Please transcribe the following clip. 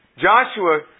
Joshua